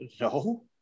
No